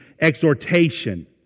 exhortation